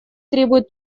требует